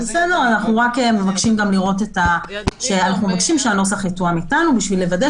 אנחנו מבקשים שהנוסח יתואם איתנו בשביל לוודא